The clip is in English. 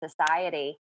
society